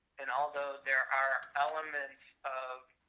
and although there are elements of